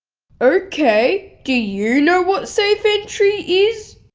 ok, do you know what safe entry is?